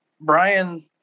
brian